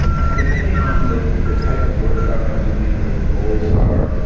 and depending on the the type of workshop i'm doing or what the goals are,